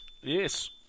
yes